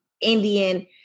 Indian